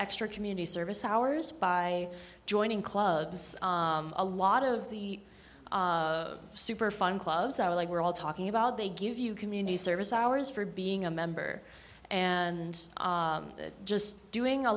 extra community service hours by joining clubs a lot of the super fun clubs are like we're all talking about they give you community service hours for being a member and just doing a